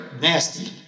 Nasty